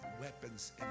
weapons